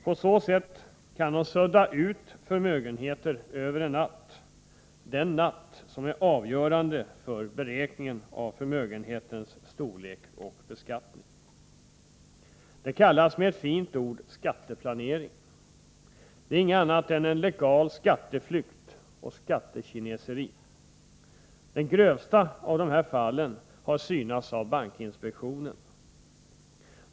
På så sätt kan man sudda ut förmögenheter över en natt, den natt som är avgörande för beräkning av förmögenhetens storlek och beskattning. Detta kallas med ett fint ord skatteplanering. Det är inte annat än legal skatteflykt och skattekineseri. De grövsta av dessa fall har synats av bankinspektionen.